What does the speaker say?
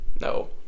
no